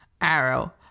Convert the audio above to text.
Arrow